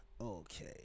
okay